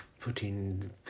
putting